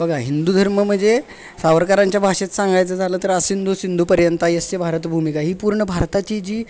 बघा हिंदू धर्म म्हणजे सावरकरांच्या भाषेत सांगायचं झालं तर आसिंधू सिंधुपर्यंता यस्य भारत भूमिका ही पूर्ण भारताची जी